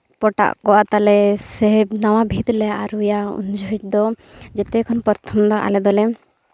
ᱯᱚᱴᱟᱜ ᱠᱚᱜ ᱛᱟᱞᱮ ᱥᱮ ᱱᱟᱣᱟ ᱵᱷᱤᱛ ᱞᱮ ᱟᱹᱨᱩᱭᱟ ᱩᱱ ᱡᱚᱦᱚᱜ ᱫᱚ ᱡᱚᱛᱚ ᱠᱷᱚᱱ ᱯᱨᱚᱛᱷᱚᱢ ᱟᱞᱮ ᱫᱚᱞᱮ